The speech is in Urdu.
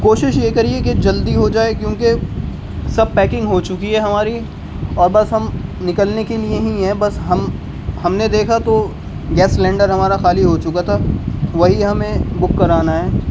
کوشش یہ کریے کہ جلدی ہو جائے کیونکہ سب پیکنگ ہو چکی ہے ہماری اور بس ہم نکلنے کے لیے ہی ہیں بس ہم ہم نے دیکھا تو گیس سلینڈر ہمارا خالی ہو چکا تھا وہی ہمیں بک کرانا ہے